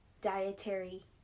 dietary